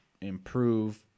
improve